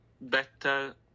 better